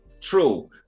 True